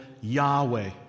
Yahweh